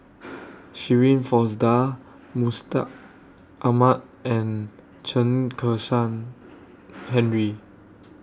Shirin Fozdar Mustaq Ahmad and Chen Kezhan Henri